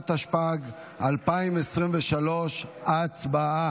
התשפ"ג 2023. הצבעה.